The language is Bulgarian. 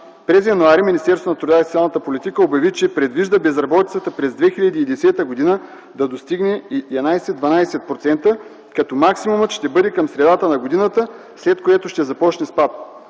През м. януари Министерството на труда и социалната политика обяви, че предвижда безработицата през 2010 г. да достигне 11-12%, като максимумът ще бъде към средата на годината, след което ще започне спад.